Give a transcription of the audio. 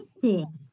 cool